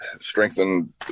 strengthen